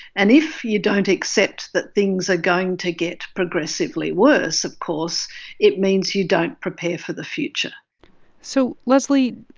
and if you don't accept that things are going to get progressively worse, of course it means you don't prepare for the future so, lesley,